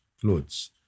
clothes